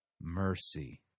mercy